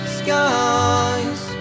skies